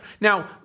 Now